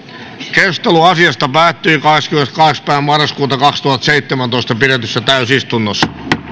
keskustelu asiasta päättyi kahdeskymmeneskahdeksas yhdettätoista kaksituhattaseitsemäntoista pidetyssä täysistunnossa